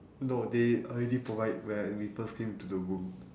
no they already provide when we first came into the room